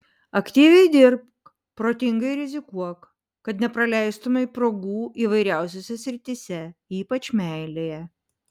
aktyviai dirbk protingai rizikuok kad nepraleistumei progų įvairiausiose srityse ypač meilėje